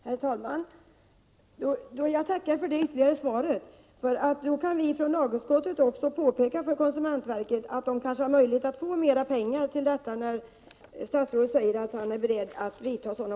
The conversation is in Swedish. Herr talman! Jag tackar för det ytterligare svaret. När statsrådet säger att han är beredd att vidta sådana åtgärder kan vi från lagutskottet också påpeka för konsumentverket att verket kanske har möjlighet att få mer pengar till detta.